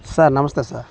sir నమస్తే sir